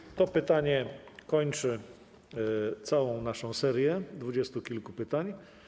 I to pytanie kończy całą naszą serię dwudziestu kilku pytań.